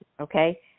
okay